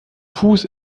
fuß